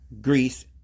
Greece